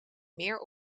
meer